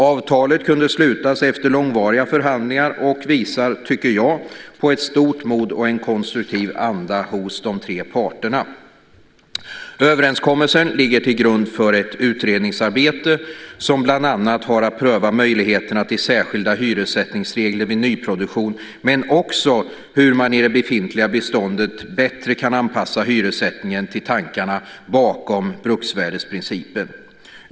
Avtalet kunde slutas efter långvariga förhandlingar och visar, tycker jag, på ett stort mod och en konstruktiv anda hos de tre parterna. Överenskommelsen ligger till grund för ett utredningsarbete som bland annat har att pröva möjligheterna till särskilda hyressättningsregler vid nyproduktion, men också hur man i det befintliga beståndet bättre kan anpassa hyressättningen till tankarna bakom bruksvärdesprincipen.